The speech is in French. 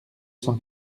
cent